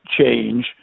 change